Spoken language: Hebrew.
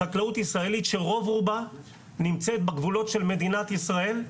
בחקלאות ישראלית שרוב רובה נמצאת בגבולות של מדינת ישראל,